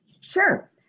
Sure